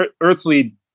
earthly